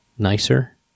Nicer